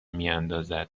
میاندازد